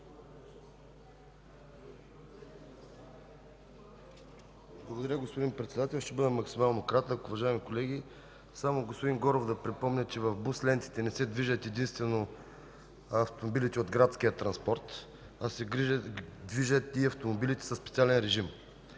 (ГЕРБ): Господин Председател, ще бъда максимално кратък. Уважаеми колеги! Господин Горов, да Ви припомня, че в бус лентите не се движат единствено автомобилите от градския транспорт, а и автомобилите със специален режим.